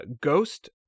Ghost